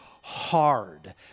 hard